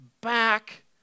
back